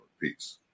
Peace